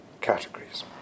categories